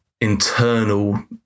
internal